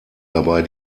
dabei